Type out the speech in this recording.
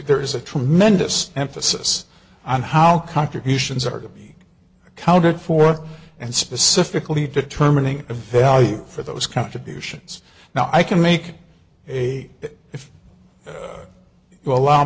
there is a tremendous emphasis on how contributions are accounted for and specifically determining the value for those contributions now i can make a if you allow